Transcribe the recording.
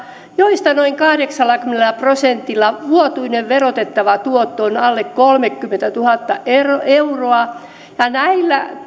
joista noin kahdeksallakymmenellä prosentilla vuotuinen verotettava tuotto on alle kolmekymmentätuhatta euroa ja näillä